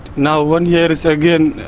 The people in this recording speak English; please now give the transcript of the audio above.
now one year is again